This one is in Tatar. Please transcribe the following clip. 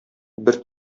бер